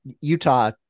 Utah